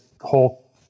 whole